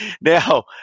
now